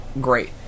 great